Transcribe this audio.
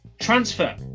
transfer